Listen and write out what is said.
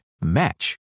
match